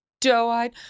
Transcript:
doe-eyed